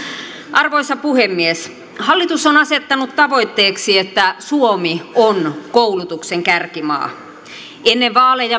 arvoisa puhemies hallitus on asettanut tavoitteeksi että suomi on koulutuksen kärkimaa ennen vaaleja